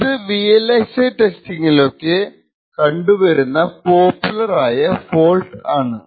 ഇത് VLSI ടെസ്റ്റിങ്ങിലോക്കെ കണ്ടു വരുന്ന പോപ്പുലർ ആയ ഫോൾട്ട് ആണ്